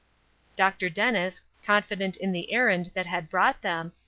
dr. dennis, confident in the errand that had brought them,